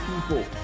people